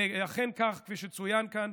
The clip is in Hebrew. אכן כך, כפי שצוין כאן,